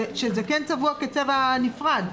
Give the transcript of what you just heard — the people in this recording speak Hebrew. שזה כן צבוע כצבע נפרד.